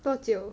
多久